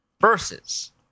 Versus